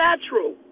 natural